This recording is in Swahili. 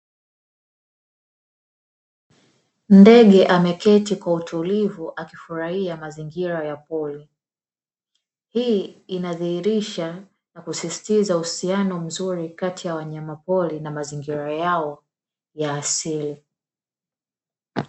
Ameketi kwa utulivu akifurahia mazingira ya pole. Hii inadhihirisha na kusisitiza uhusiano mzuri kati ya wanyamapori na mazingira yao ya asili.